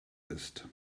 ist